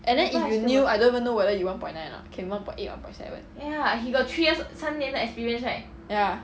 and then if you new I don't even know whether you one point nine a not can one point eight one point seven ya